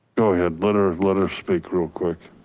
go ahead, let her let her speak real quick.